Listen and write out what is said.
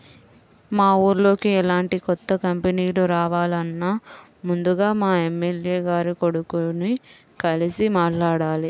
మా ఊర్లోకి ఎలాంటి కొత్త కంపెనీలు రావాలన్నా ముందుగా మా ఎమ్మెల్యే గారి కొడుకుని కలిసి మాట్లాడాలి